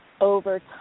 over